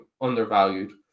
undervalued